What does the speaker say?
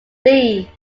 flee